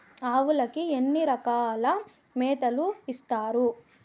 ఆవులకి ఎన్ని రకాల మేతలు ఇస్తారు?